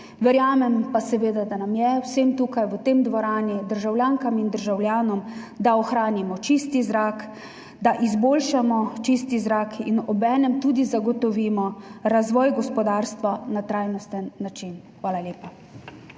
Verjamem pa, da nam je vsem tukaj v tej dvorani, državljankam in državljanom, da ohranimo čist zrak, da izboljšamo čist zrak in obenem tudi zagotovimo razvoj gospodarstva na trajnosten način. Hvala lepa.